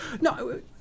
no